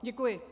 Děkuji.